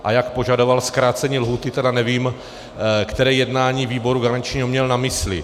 A jak požadoval zkrácení lhůty, tedy nevím, které jednání výboru garančního měl na mysli.